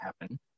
happen